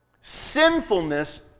sinfulness